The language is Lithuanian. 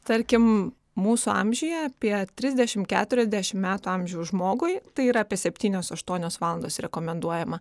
tarkim mūsų amžiuje apie trisdešim keturiasdešim metų amžiaus žmogui tai yra apie septynios aštuonios valandos rekomenduojama